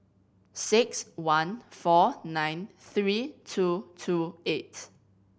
six one four nine three two two eight